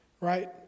right